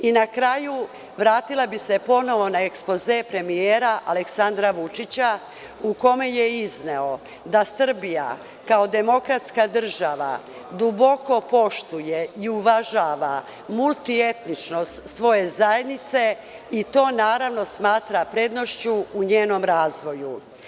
Na kraju bih se vratila ponovo na ekspoze premijera Aleksandra Vučića, u kome je izneo da Srbija kao demokratska država duboko poštuje i uvažava multietničnost svoje zajednice i to naravno smatra prednošću u njenom razvoju.